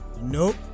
nope